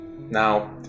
Now